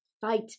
fight